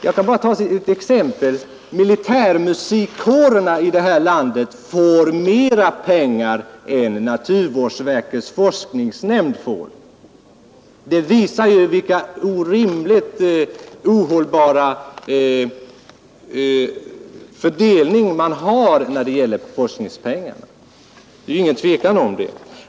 Som jämförelse kan jag bara nämna att militärmusikkårerna i det här 87 landet får mera pengar än naturvårdsverkets forskningsnämnd får. Det visar ju vilken orimligt ohållbar fördelning man har när det gäller forskningspengar. Det råder inget tvivel om den saken.